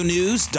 News